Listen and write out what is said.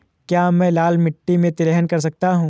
क्या मैं लाल मिट्टी में तिलहन कर सकता हूँ?